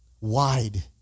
wide